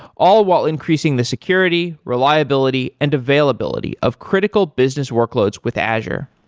all while increasing the security, reliability and availability of critical business workloads with azure.